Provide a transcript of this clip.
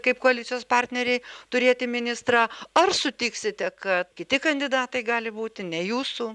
kaip koalicijos partneriai turėti ministrą ar sutiksite kad kiti kandidatai gali būti ne jūsų